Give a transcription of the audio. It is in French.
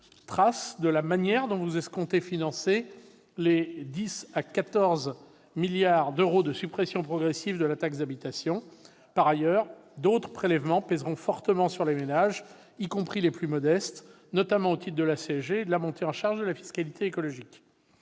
trace de la manière dont vous escomptez financer la perte de recettes de 10 milliards à 14 milliards d'euros liée à la suppression progressive de la taxe d'habitation. Par ailleurs, d'autres prélèvements pèseront fortement sur les ménages, y compris les plus modestes, notamment au titre de la CSG et de la montée en charge de la fiscalité écologique.